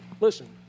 Listen